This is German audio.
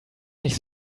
nicht